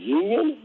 union